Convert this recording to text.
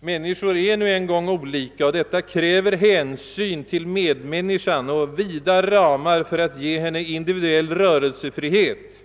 Människor är nu en gång olika, och detta kräver hänsyn till medmänniskan och vida ramar för att ge henne rimlig individuell rörelsefrihet.